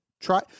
Try